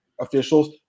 officials